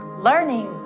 Learning